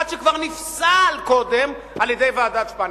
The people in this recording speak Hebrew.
אחד שכבר נפסל קודם על-ידי ועדת-שפניץ.